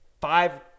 five